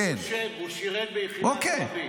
הוא חושב, הוא שירת ביחידה קרבית.